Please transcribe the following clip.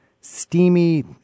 steamy